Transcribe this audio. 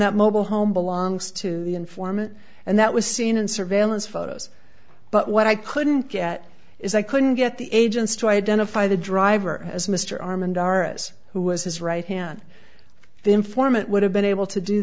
that mobile home belongs to the informant and that was seen in surveillance photos but what i couldn't get is i couldn't get the agents to identify the driver as mr armin doris who was his right hand the informant would have been able to do